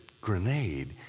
grenade